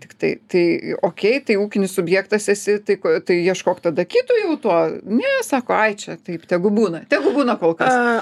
tiktai tai okei tai ūkinis subjektas esi tai ko tai ieškok tada kito jau tuo ne sako ai čia taip tegu būna tegu būna kol kas